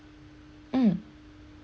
mm